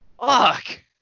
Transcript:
Fuck